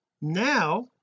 now